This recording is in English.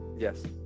Yes